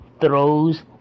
throws